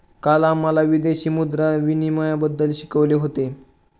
काल आम्हाला विदेशी मुद्रा विनिमयबद्दल शिकवले होते